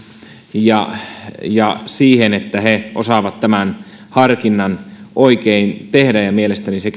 ja ja siihen että he osaavat tämän harkinnan oikein tehdä mielestäni se